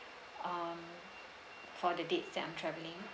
um for the dates that I'm traveling